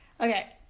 Okay